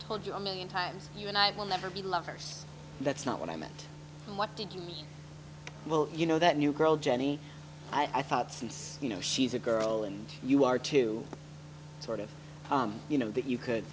told you a million times you and i will never be lovers that's not what i meant and what did you mean well you know that new girl jenny i thought since you know she's a girl and you are too sort of you know that you could